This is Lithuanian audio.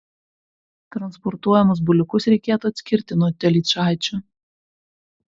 transportuojamus buliukus reikėtų atskirti nuo telyčaičių